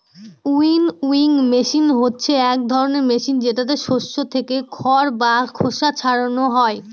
winnowing machine হচ্ছে এক ধরনের মেশিন যেটাতে শস্য থেকে খড় বা খোসা ছারানো হয়